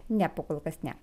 ne pakol kas ne